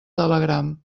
telegram